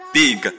big